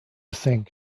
think